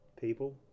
people